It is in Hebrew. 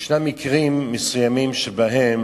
ישנם מקרים מסוימים שבהם